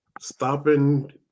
stopping